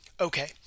Okay